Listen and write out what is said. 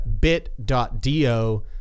bit.do